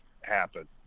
happen